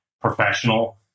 professional